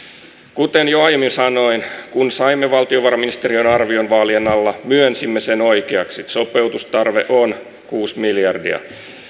kuten jo aiemmin sanoin kun saimme valtiovarainministeriön arvion vaalien alla myönsimme sen oikeaksi sopeutustarve on kuusi miljardia